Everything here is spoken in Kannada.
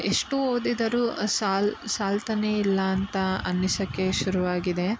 ಎಷ್ಟು ಓದಿದರೂ ಸಾಲ್ ಸಾಲ್ತಲೇ ಇಲ್ಲ ಅಂತ ಅನ್ನಿಸೋಕ್ಕೆ ಶುರುವಾಗಿದೆ